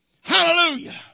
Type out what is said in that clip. Hallelujah